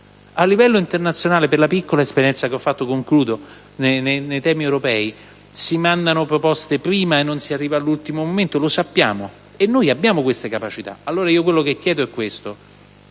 A livello internazionale, per la poca esperienza che ho riguardo ai temi europei, si mandano le proposte prima, e non si arriva all'ultimo momento: lo sappiamo, e noi abbiamo queste capacità. Allora, chiedo che da questa